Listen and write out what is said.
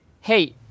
Hey